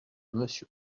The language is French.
monsieur